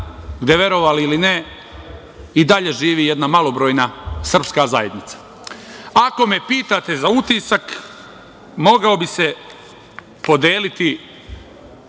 gde verovali ili ne i dalje živi jedna malobrojna srpska zajednica. Ako me pitate za utisak mogao bi se podeliti